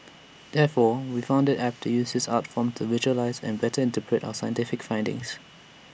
therefore we found IT apt to use this art form to visualise and better interpret our scientific findings